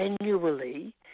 annually